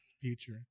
future